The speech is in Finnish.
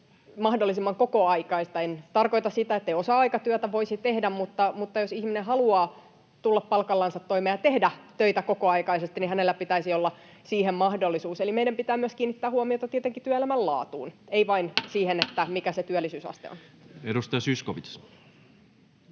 mahdollisimman kokoaikaista. En tarkoita sitä, ettei osa-aikatyötä voisi tehdä, mutta jos ihminen haluaa tulla palkallansa toimeen ja tehdä töitä kokoaikaisesti, niin hänellä pitäisi olla siihen mahdollisuus. Eli meidän pitää myös kiinnittää huomiota tietenkin työelämän laatuun, ei vain siihen, mikä se työllisyysaste on. Edustaja Zyskowicz.